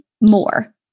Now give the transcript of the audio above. more